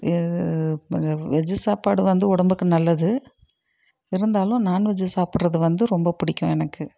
இ veggie சாப்பாடு வந்து உடம்புக்கு நல்லது இருந்தாலும் நான் வெஜ்ஜி சாப்பிட்றது வந்து ரொம்ப பிடிக்கும் எனக்கு